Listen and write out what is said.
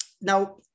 Now